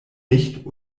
nicht